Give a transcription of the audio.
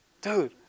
Dude